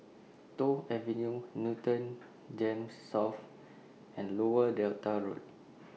Toh Avenue Newton Gems South and Lower Delta Road